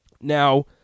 Now